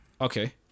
okay